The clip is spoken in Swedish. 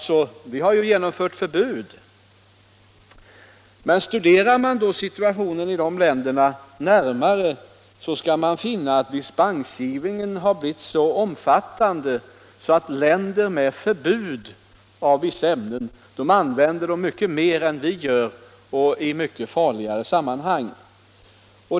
Men om vi studerar situationen i sådana länder finner vi att dispensgivningen blivit så omfattande att man i dessa länder använder sådana ämnen i mycket större utsträckning än vad som sker i vårt land och i mycket farligare sammanhang.